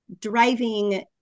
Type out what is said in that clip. driving